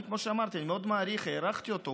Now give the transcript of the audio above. אני, כמו שאמרתי, מאוד מעריך, הערכתי אותו.